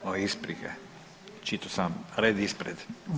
Moje isprike, čitao sam red ispred.